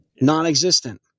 Non-existent